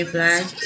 Black